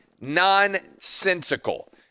nonsensical